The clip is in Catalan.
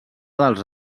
dels